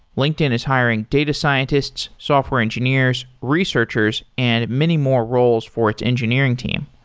linkedin is hiring data scientists, software engineers, researchers and many more roles for its engineering team.